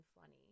funny